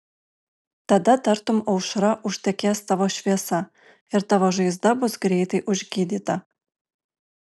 tada tartum aušra užtekės tavo šviesa ir tavo žaizda bus greitai užgydyta